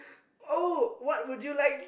oh what would you like to